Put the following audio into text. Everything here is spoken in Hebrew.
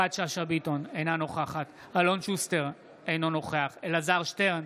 אינה נוכחת אלון שוסטר, אינו נוכח אלעזר שטרן,